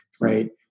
right